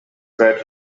spare